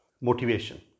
motivation